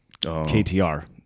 KTR